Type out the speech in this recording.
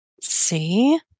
See